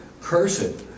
Cursed